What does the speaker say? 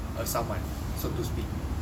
a saman so to speak